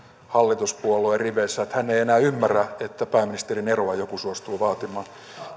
hallituspuolueen riveissä että hän ei enää ymmärrä että pääministerin eroa joku suostuu vaatimaan